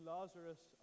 Lazarus